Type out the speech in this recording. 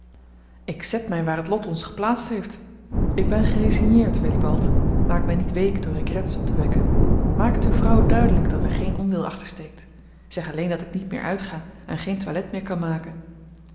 ik zet mij waar t lot ons geplaatst heeft ik ben geresigneerd willibald maak mij niet week door regrets op te wekken maak het uwe vrouw duidelijk dat er geen onwil achter steekt zeg alleen dat ik niet meer uitga en geen toilet meer kan maken